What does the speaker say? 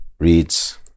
reads